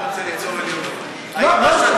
לא, אתה